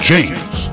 James